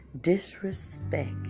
disrespect